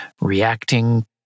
reacting